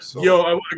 Yo